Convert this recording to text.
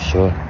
Sure